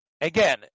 Again